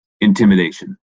intimidation